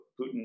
Putin